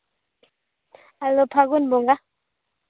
ᱟᱞᱮ ᱫᱚ ᱯᱷᱟᱹᱜᱩᱱ ᱵᱚᱸᱜᱟ